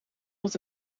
dat